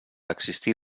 existir